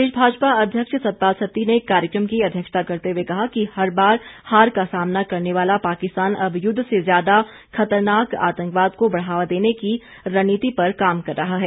प्रदेश भाजपा अध्यक्ष सतपाल सत्ती ने कार्यक्रम की अध्यक्षता करते हुए कहा कि हर बार हार का सामना करने वाला पाकिस्तान अब युद्ध से ज्यादा खतरनाक आतंकवाद को बढ़ावा देने की रणनीति पर काम कर रहा है